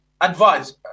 Advice